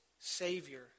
savior